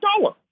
dollar